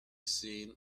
seen